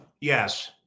yes